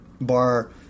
bar